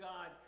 God